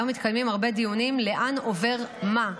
היום מתקיימים הרבה דיונים לאן עובר מה.